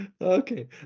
Okay